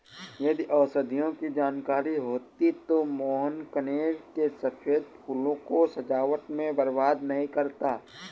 यदि औषधियों की जानकारी होती तो मोहन कनेर के सफेद फूलों को सजावट में बर्बाद नहीं करता